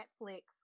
Netflix